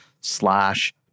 slash